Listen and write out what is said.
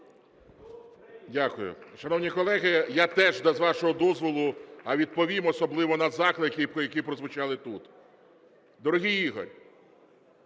Дякую. Шановні колеги, я теж, з вашого дозволу, відповім, особливо на заклики, які прозвучали тут. Дорогий Ігор,